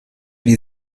die